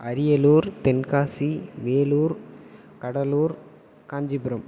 Ariyalur Tenkasi Vellore Cuddalore Kanchipuram